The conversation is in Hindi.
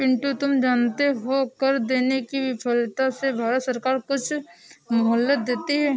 पिंटू तुम जानते हो कर देने की विफलता से भारत सरकार कुछ मोहलत देती है